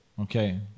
Okay